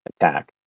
attack